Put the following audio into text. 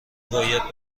باید